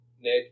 Nick